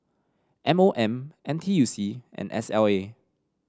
M O M N T U C and S L A